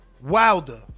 Wilder